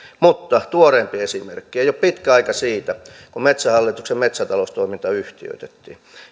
mutta tuoreempi esimerkki ei ole pitkä aika siitä kun metsähallituksen metsätaloustoiminta yhtiöitettiin